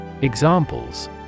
Examples